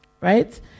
right